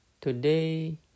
today